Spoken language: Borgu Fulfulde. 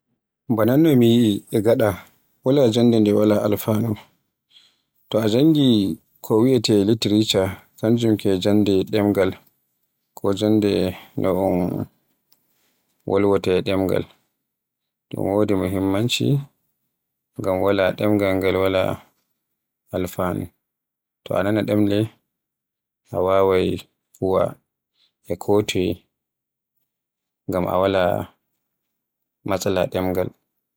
Ba non no mi yii e gaɗa wala jannde ɗe wala alfanu, to a janngi ko wiyeete literature kanjum ke jannde ɗemgal, ko jannde no ɗun wolwaata e ɗemgal. Ɗun wodi muhimmanci ngam wala ɗemgal ngal wala alfanu, to a nana ɗemle a waawai huuwa e toye ngam a wala matsala ɗemgal.